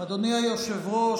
אדוני היושב-ראש,